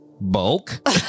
bulk